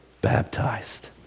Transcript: baptized